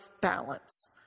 balance